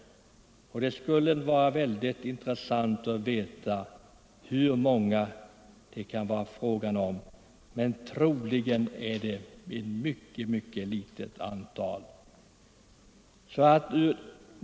Det skulle vara intressant att veta exakt hur många det kan vara, men under alla förhållanden är det ett litet antal.